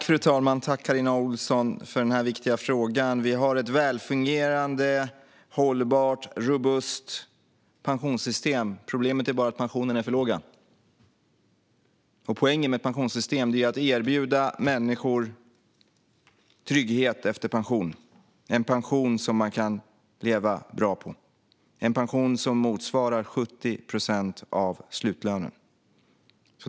Fru talman! Tack, Carina Ohlsson, för denna viktiga fråga! Vi har ett välfungerande, hållbart och robust pensionssystem. Problemet är bara att pensionerna är för låga. Poängen med ett pensionssystem är att erbjuda människor trygghet efter pensionen - att erbjuda en pension som man kan leva bra på och som motsvarar 70 procent av slutlönen.